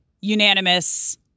unanimous